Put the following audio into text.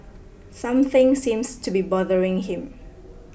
something seems to be bothering him